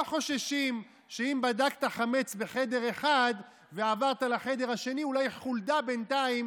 לא חוששים שאם בדקת חמץ בחדר אחד ועברת לחדר השני אולי חולדה בינתיים